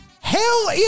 Hell